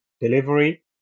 delivery